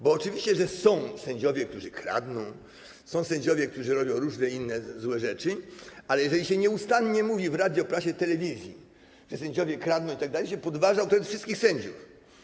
Bo oczywiście są sędziowie, którzy kradną, są sędziowie, którzy robią różne inne złe rzeczy, ale jeżeli się nieustannie mówi w radiu, prasie i telewizji, że sędziowie kradną itd., to się podważa autorytet wszystkich sędziów.